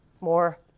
more